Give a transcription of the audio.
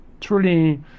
truly